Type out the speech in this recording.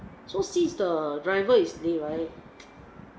so since the driver is late right